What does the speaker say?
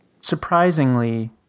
surprisingly